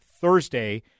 Thursday